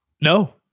No